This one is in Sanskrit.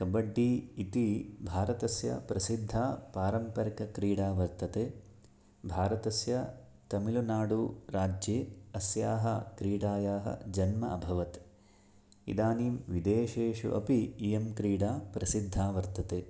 कबड्डि इति भारतस्य प्रसिद्धा पारम्परिकक्रीडा वर्तते भारतस्य तमिळुनाडुराज्ये अस्याः क्रीडायाः जन्म अभवत् इदानीं विदेशेषु अपि इयं क्रीडा प्रसिद्धा वर्तते